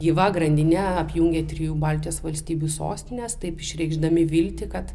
gyva grandine apjungia trijų baltijos valstybių sostines taip išreikšdami viltį kad